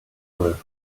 were